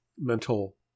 mental